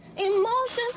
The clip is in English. Emotions